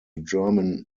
german